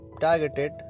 targeted